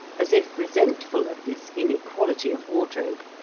as if resentful of this inequality of wardrobe,